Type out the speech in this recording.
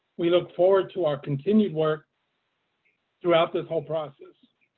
we look forward to our continued work throughout this whole process.